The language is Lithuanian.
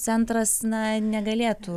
centras na negalėtų